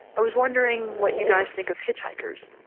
i was wondering what you guys think of hitchhikers?